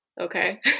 okay